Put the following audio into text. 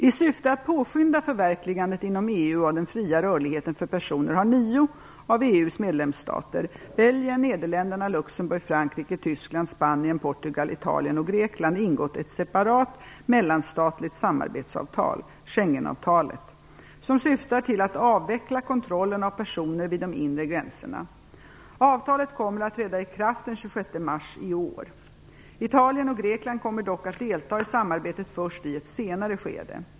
I syfte att påskynda förverkligandet inom EU av den fria rörligheten för personer har nio av EU:s medlemsstater - Belgien, Nederländerna, Luxemburg, Grekland - ingått ett separat, mellanstatligt samarbetsavtal, Schengenavtalet, som syftar till att avveckla kontrollen av personer vid de inre gränserna. Avtalet kommer att träda i kraft den 26 mars i år. Italien och Grekland kommer dock att delta i samarbetet först i ett senare skede.